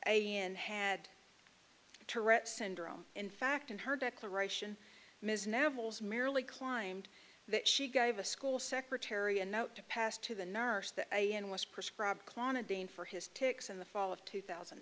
and had tourette syndrome in fact in her declaration ms now holds merely climbed that she gave a school secretary a note to pass to the nurse that a in was prescribed clonidine for his tics in the fall of two thousand